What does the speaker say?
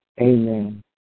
Amen